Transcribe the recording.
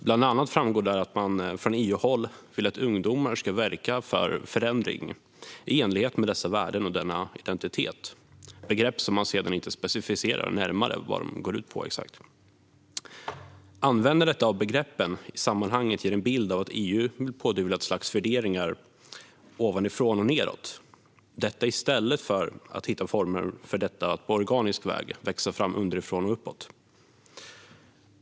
Bland annat framgår där att man från EU-håll vill att ungdomar ska verka för förändring i enlighet med dessa värden och denna identitet, men innebörden av begreppen specificeras inte närmare. Användandet av dessa begrepp ger i sammanhanget en bild av att EU vill pådyvla ett slags värderingar ovanifrån och nedåt i stället för att hitta former för att detta på organisk väg ska kunna växa fram underifrån och uppåt.